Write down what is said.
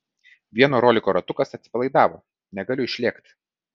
vieno roliko ratukas atsipalaidavo negaliu išlėkt